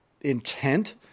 intent